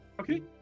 Okay